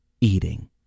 eating